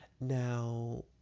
now